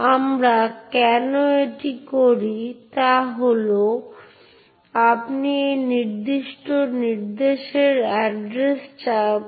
যেখানে আমাদের read write execute operation আছে যা সেই নির্দিষ্ট অবজেক্টের তিনটি ভিন্ন ধরনের ব্যবহারকারীর উপর অনুমোদিত